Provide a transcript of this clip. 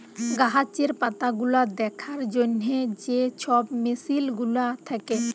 গাহাচের পাতাগুলা দ্যাখার জ্যনহে যে ছব মেসিল গুলা থ্যাকে